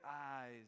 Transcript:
eyes